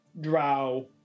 Drow